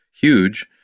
huge